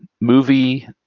movie